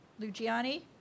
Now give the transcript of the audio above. Lugiani